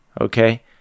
Okay